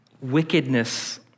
wickedness